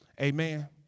Amen